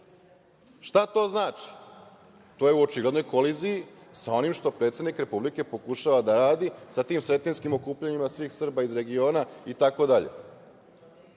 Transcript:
Šta to znači? To je u očiglednoj koliziji sa onim što predsednik Republike pokušava da radi sa tim sretenjskim okupljanjima svih Srba iz regiona itd. Da